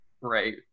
right